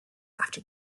after